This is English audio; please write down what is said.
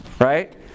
right